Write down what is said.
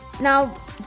Now